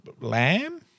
Lamb